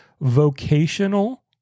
Vocational